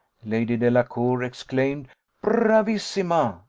lady delacour exclaimed bravissima!